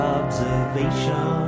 observation